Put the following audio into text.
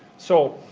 so